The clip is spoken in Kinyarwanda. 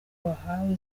bahawe